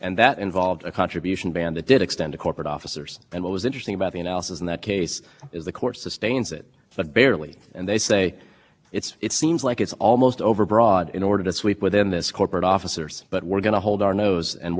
broad in order to sweep within this corporate officers but we're going to hold our nose and we're going to sustain it now seems kind of strange to say well that was barely constitutional but it turns out it was actually constitutionally compelled the green party cases i read it your honor stands in